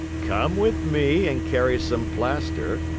come with me and carry some plaster,